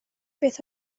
beth